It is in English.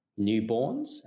newborns